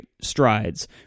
strides